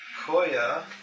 Koya